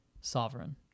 sovereign